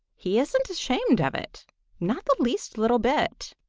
he isn't ashamed of it not the least little bit.